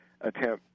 attempt